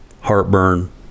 heartburn